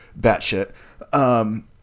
batshit